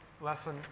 lesson